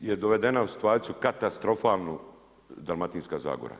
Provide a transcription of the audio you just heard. je dovedena u situaciju katastrofalnu dalmatinska zagora.